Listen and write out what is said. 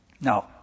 Now